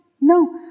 no